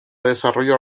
desarrollo